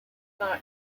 not